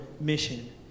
mission